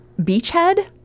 beachhead